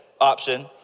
option